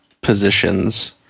positions